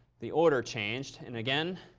the order changed. and again,